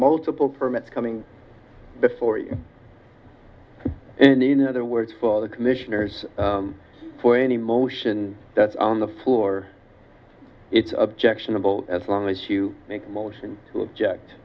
multiple permits coming before you and in other words for the commissioners for any motion that's on the floor it's objectionable as long as you make a motion to object